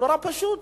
נורא פשוט.